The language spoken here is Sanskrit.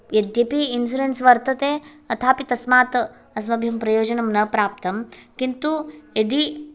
यद्यपि इन्शुरेन्स् वर्तते तथापि तस्मात् अस्मभ्यं प्रयोजनं न प्राप्तं किन्तु यदि